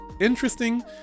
interesting